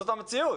זאת המציאות,